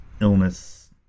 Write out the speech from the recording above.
illness